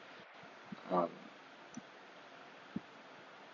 uh